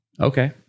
Okay